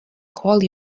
call